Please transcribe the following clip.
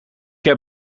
heb